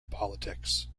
politics